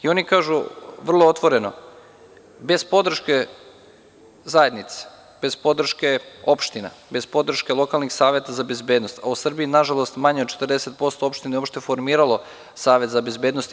Oni kažu vrlo otvoreno – bez podrške zajednice, bez podrške opština, bez podrške lokalnih saveta za bezbednost, u Srbiji nažalost manje od 40% opština nije formiralo savet za bezbednost.